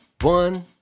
One